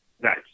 Nice